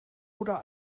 oder